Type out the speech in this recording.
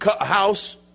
house